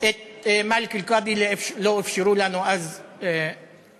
את מאלכ אל-קאדי לא אפשרו לנו אז לבקר,